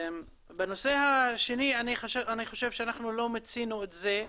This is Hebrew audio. בנושא השני, אני חושב שאנחנו לא מיצינו את זה.